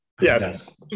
Yes